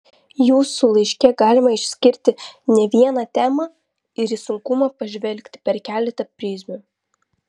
jūsų laiške galima išskirti ne vieną temą ir į sunkumą pažvelgti per keletą prizmių